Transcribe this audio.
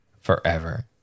forever